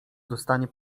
dostanie